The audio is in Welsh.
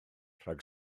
rhag